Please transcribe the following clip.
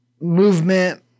movement